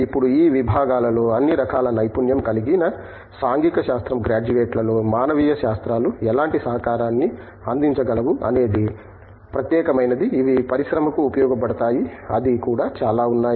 ఇప్పుడు ఈ విభాగాలలో అన్ని రకాల నైపుణ్యం కలిగిన సాంఘిక శాస్త్రం గ్రాడ్యుయేట్లలో మానవీయ శాస్త్రాలు ఎలాంటి సహకారాన్ని అందించగలవు అనేది ప్రత్యేకమైనది ఇవి పరిశ్రమకు ఉపయోగపడతాయి అది కూడా చాలా ఉన్నాయి